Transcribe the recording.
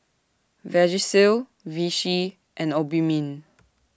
Vagisil Vichy and Obimin